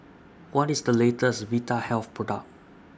What IS The latest Vitahealth Product